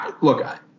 Look